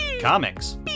comics